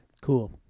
Cool